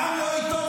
העם לא איתו,